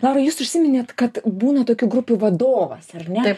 laura jūs užsiminėt kad būna tokių grupių vadovas ar ne